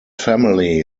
family